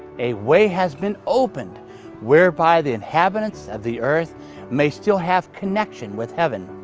a way has been opened whereby the inhabitants of the earth may still have connection with heaven.